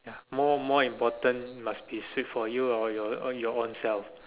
more more important must be strict for you or your or your own self